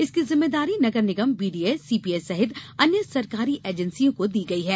इसकी जिम्मेदारी नगर निगम बीडीए सीपीए सहित अन्य सरकारी एजेंसियों को दी गई है